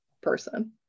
person